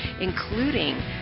including